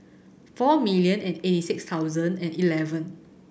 four million and eighty six thousand and eleven